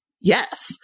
yes